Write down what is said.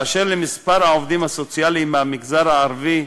באשר למספר העובדים הסוציאליים מהמגזר הערבי,